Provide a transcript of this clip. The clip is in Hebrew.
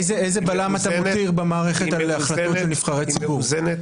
איזה בלם אתה מותיר במערכת על החלטות של נבחרי ציבור?